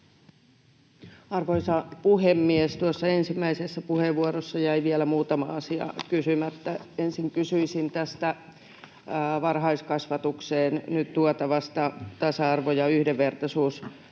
Arvoisa puhemies! Tuossa ensimmäisessä puheenvuorossa jäi vielä muutama asia kysymättä. Ensin kysyisin tästä varhaiskasvatukseen nyt tuotavasta tasa-arvo- ja yhdenvertaisuussuunnitelmasta.